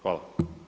Hvala.